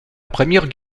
première